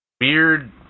weird